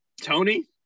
Tony